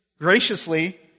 graciously